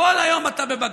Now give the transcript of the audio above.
כל היום אתה בבג"ץ.